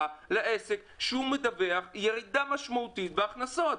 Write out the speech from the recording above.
לעסק שמדווח ירידה משמעותית בהכנסות,